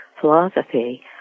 philosophy